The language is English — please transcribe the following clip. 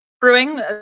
Brewing